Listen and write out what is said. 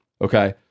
Okay